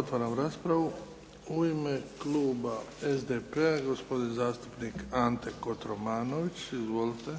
Otvaram raspravu. U ime kluba SDP-a gospodin zastupnik Ante Kotromanović. Izvolite.